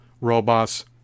robots